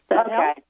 Okay